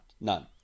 None